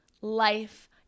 life